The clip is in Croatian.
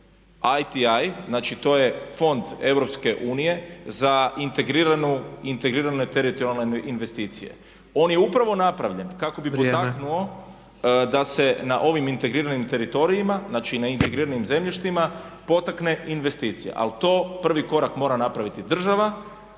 ITU, znači to je fond EU za integrirane i teritorijalne investicije. On je upravo napravljen kako bi potaknuo da se na ovim integriranim teritorijima znači na integriranim zemljištima potakne investicija ali to prvi korak mora napraviti država